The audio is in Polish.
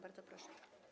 Bardzo proszę.